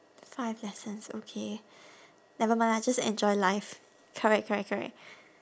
five lessons okay never mind lah just enjoy life correct correct correct